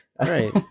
right